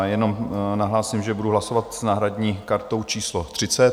Jenom nahlásím, že budu hlasovat s náhradní kartou číslo 30.